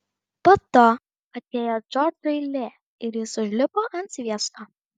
po to atėjo džordžo eilė ir jis užlipo ant sviesto